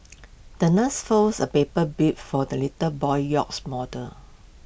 the nurse folds A paper be for the little boy's yacht model